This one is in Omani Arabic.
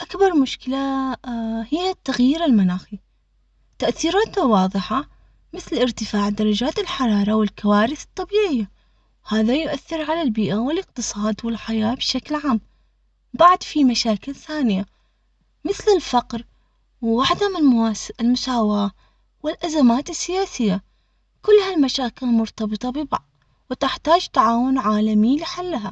أكبر مشكلة هي التغيير المناخي تأثيراته واظحة مثل ارتفاع درجات الحرارة والكوارث الطبيعية هذا يؤثر على البيئة والاقتصاد والحياة بشكل عام بعد في مشاكل ثانية مثل الفقر ووحدة من المساواة والأزمات السياسية كل هالمشاكل مرتبطة ببعض وتحتاج تعاون عالمي لحلها.